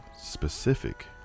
specific